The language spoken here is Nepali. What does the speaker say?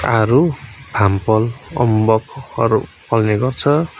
आरू फार्मफल अम्बकहरू फल्ने गर्छ